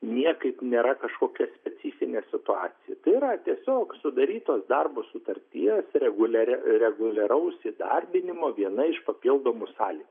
niekaip nėra kažkokia specifinė situacija tai yra tiesiog sudarytos darbo sutarties reguliari reguliaraus įdarbinimo viena iš papildomų sąlygų